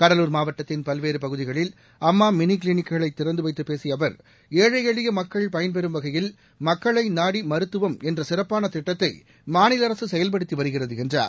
கடலூர் மாவட்டத்தின் பல்வேறு பகுதிகளில் அம்மா மினி கிளினிக்கை திறந்து வைத்துப் பேசிய அவர் ஏழை எளிய மக்கள் பயன்பெறும் வகையில் மக்களை நாடி மருத்துவம் என்ற சிறப்பான திட்டத்தை மாநில அரசு செயல்படுத்தி வருகிறது என்றார்